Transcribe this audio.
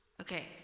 Okay